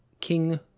King